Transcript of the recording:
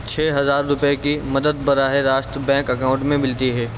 چھ ہزار روپے کی مدد براہِ راست بینک اکاؤنٹ میں ملتی ہے